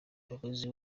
umuyobozi